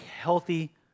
healthy